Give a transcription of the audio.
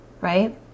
Right